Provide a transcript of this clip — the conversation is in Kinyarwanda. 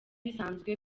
bisanzwe